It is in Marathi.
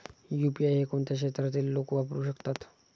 यु.पी.आय हे कोणत्या क्षेत्रातील लोक वापरू शकतात?